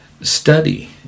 study